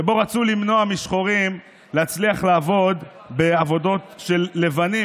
שבו רצו למנוע משחורים להצליח לעבוד בעבודות של לבנים,